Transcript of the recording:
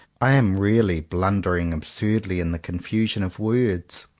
i am really blundering absurdly in the confusion of words.